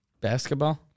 Basketball